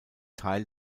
teil